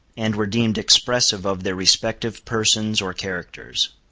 and were deemed expressive of their respective persons or characters.